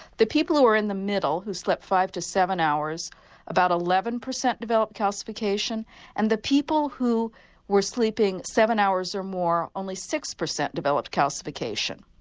the people who were in the middle, who slept five to seven hours about eleven percent developed calcification and the people who were sleeping seven hours or more only six percent developed calcification.